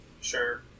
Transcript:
Sure